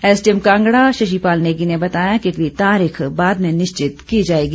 SDM Kangra Shashipal Negi ने बताया कि अगली तारीख बाद में निश्चित की जाएगी